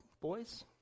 boys